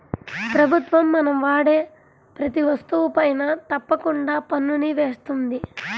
ప్రభుత్వం మనం వాడే ప్రతీ వస్తువుపైనా తప్పకుండా పన్నుని వేస్తుంది